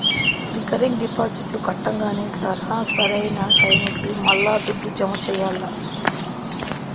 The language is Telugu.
రికరింగ్ డిపాజిట్లు కట్టంగానే సరా, సరైన టైముకి మల్లా దుడ్డు జమ చెయ్యాల్ల